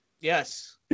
Yes